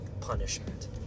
punishment